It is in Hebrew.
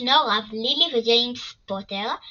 שני הוריו – לילי וג'יימס פוטר –